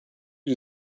you